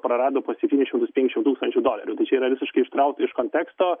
prarado po septynis šimtus penkiasdešim tūkstančių dolerių tai čia yra visiškai ištraukta iš konteksto